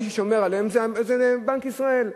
מי ששומר עליהם זה בנק ישראל.